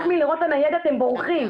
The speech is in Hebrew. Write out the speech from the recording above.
רק מלראות את הניידת הם בורחים.